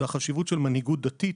זו החשיבות של מנהיגות דתית,